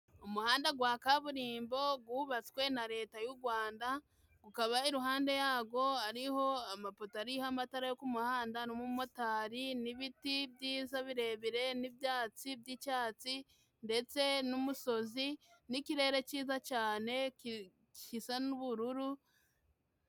Umuhanda gwa kaburimbo gwubatswe na leta y'u Gwanda, gukaba iruhande yagwo hariho amapoto ariho amatara yo ku muhanda n'umumotari, n'ibiti byiza birebire n'ibyatsi by'icyatsi, ndetse n'umusozi n'ikirere cyiza cyane gisa n'ubururu.